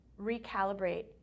recalibrate